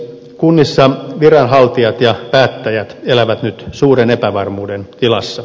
kunnissa viranhaltijat ja päättäjät elävät nyt suuren epävarmuuden tilassa